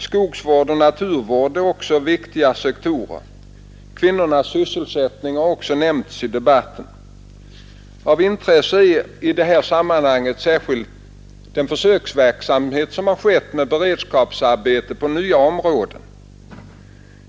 Skogsvård och naturvård är viktiga sektorer. Kvinnornas sysselsättning har också nämnts i debatten. Av intresse i det här sammanhanget är särskilt den försöksverksamhet som ägt rum med beredskapsarbete inom nya områden.